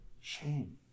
shame